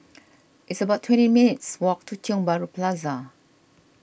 it's about twenty minutes' walk to Tiong Bahru Plaza